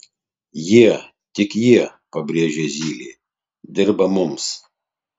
jie tik jie pabrėžė zylė dirba mums